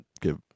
give